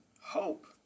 hope